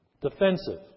Defensive